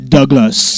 Douglas